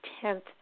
tenth